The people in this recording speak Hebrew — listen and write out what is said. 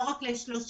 לא רק ל-30,